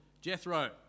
Jethro